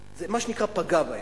זה מה שנקרא פגע בהם.